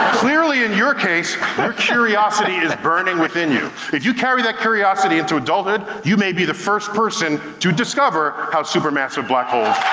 clearly, in your case, your curiosity is burning within you. if you carry that curiosity into adulthood, you may be the first person to discover how super massive black holes